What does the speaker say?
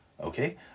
Okay